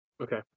Okay